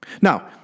Now